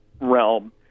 realm